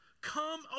Come